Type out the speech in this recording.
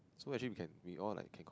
so actually we can we all like can